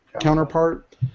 counterpart